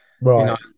Right